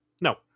No